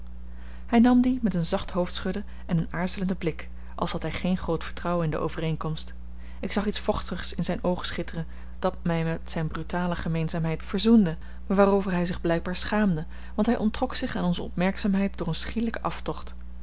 hij nam die met een zacht hoofdschudden en een aarzelenden blik als had hij geen groot vertrouwen in de overeenkomst ik zag iets vochtigs in zijn oog schitteren dat mij met zijne brutale gemeenzaamheid verzoende maar waarover hij zich blijkbaar schaamde want hij onttrok zich aan onze opmerkzaamheid door een schielijken aftocht